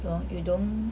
don't you don't